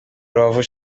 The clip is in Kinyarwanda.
rubavu